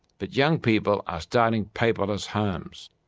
but young people are starting paperless homes.